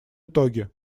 итоги